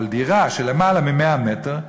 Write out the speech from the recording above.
דירה של למעלה מ-100 מטר,